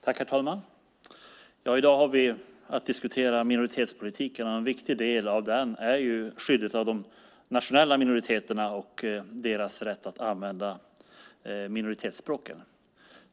Herr talman! I dag har vi att diskutera minoritetspolitiken, och en viktig del av den är skyddet av de nationella minoriteterna och deras rätt att använda minoritetsspråken.